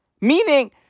Meaning